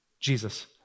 Jesus